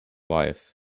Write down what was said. wife